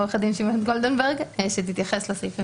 עורכת הדין שמרית גולדנברג שתתייחס לסעיף הזה.